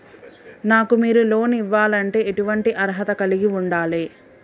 నాకు మీరు లోన్ ఇవ్వాలంటే ఎటువంటి అర్హత కలిగి వుండాలే?